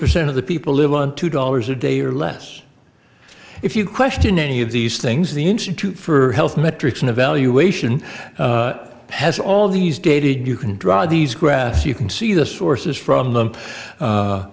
percent of the people live on two dollars a day or less if you question any of these things the institute for health metrics and evaluation has all these dated you can draw these graphs you can see the sources from them